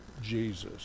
Jesus